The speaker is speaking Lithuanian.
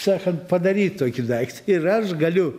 sakant padaryt tokį daiktą ir aš galiu